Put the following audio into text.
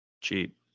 Cheap